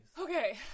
Okay